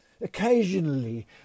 occasionally